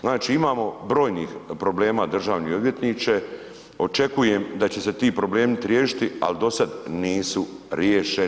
Znači imamo brojnih problema državni odvjetniče, očekujem da će se ti problemi riješiti ali do sad nisu riješeni.